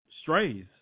strays